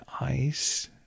eyes